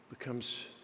Becomes